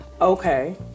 okay